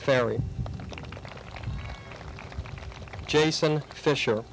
perry jason fisher